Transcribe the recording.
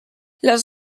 les